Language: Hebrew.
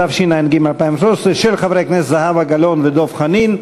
התשע"ג 2013, של חברי הכנסת זהבה גלאון ודב חנין.